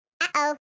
uh-oh